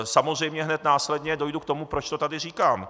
Samozřejmě hned následně dojdu k tomu, proč to tady říkám.